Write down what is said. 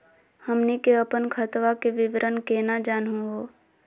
हमनी के अपन खतवा के विवरण केना जानहु हो?